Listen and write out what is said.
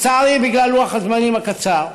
לצערי, בגלל לוח הזמנים הקצר,